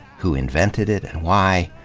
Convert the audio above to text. who invented it and why,